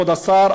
כבוד השר,